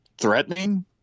threatening